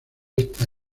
esta